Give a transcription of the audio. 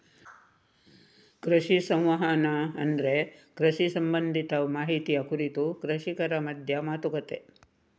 ಕೃಷಿ ಸಂವಹನ ಅಂದ್ರೆ ಕೃಷಿ ಸಂಬಂಧಿತ ಮಾಹಿತಿಯ ಕುರಿತು ಕೃಷಿಕರ ಮಧ್ಯ ಮಾತುಕತೆ